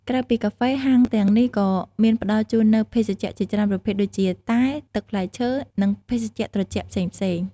ក្រៅពីកាហ្វេ ហាងទាំងនេះក៏មានផ្តល់ជូននូវ ភេសជ្ជៈជាច្រើនប្រភេទ ដូចជា តែ ទឹកផ្លែឈើ និងភេសជ្ជៈត្រជាក់ផ្សេងៗ។